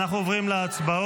אנחנו עוברים להצבעות.